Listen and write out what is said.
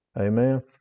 Amen